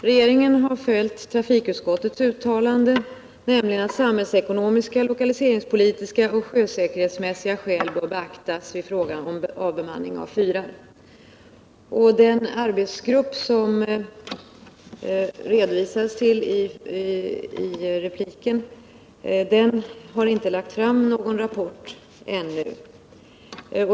Herr talman! Regeringen har följt trafikutskottets betänkande, som går ut på att samhällsekonomiska, lokaliseringspolitiska och sjösäkerhetsmässiga skäl bör beaktas vid fråga om avbemanning av fyrar. Den arbetsgrupp som det hänvisades till i repliken har ännu inte lagt fram någon rapport.